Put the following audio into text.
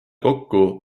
kokku